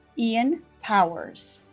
ian powers